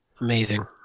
Amazing